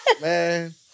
Man